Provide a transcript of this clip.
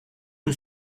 que